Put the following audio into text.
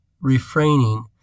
refraining